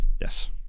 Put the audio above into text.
Yes